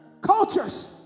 cultures